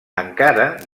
encara